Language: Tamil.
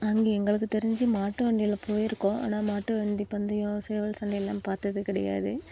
நாங்கள் எங்களுக்கு தெரிஞ்சி மாட்டு வண்டியில போயிருக்கோம் ஆனால் மாட்டு வண்டி பந்தயம் சேவல் சண்டைலாம் பார்த்தது கிடையாது